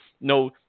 no